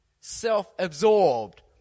self-absorbed